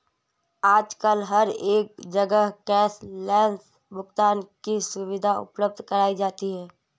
आजकल हर एक जगह कैश लैस भुगतान की सुविधा उपलब्ध कराई जाती है